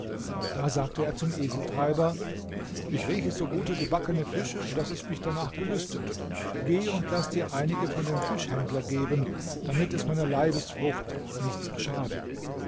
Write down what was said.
da sagte er zum eseltreiber ich rieche so gute gebackene fische daß es mich danach gelüstet geh und laß dir einige von dem fischhändler geben damit es meiner leibesfrucht nichts schade